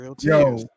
Yo